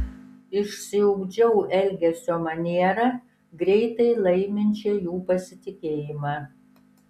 išsiugdžiau elgesio manierą greitai laiminčią jų pasitikėjimą